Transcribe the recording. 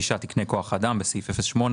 לתשעה תקני כוח אדם בסעיף 08